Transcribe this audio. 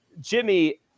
Jimmy